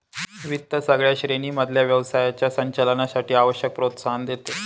वित्त सगळ्या श्रेणी मधल्या व्यवसायाच्या संचालनासाठी आवश्यक प्रोत्साहन देते